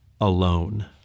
alone